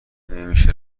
نمیشه